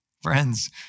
Friends